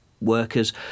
workers